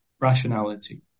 rationality